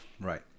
Right